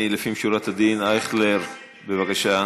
אני, לפנים משורת הדין, אייכלר, בבקשה.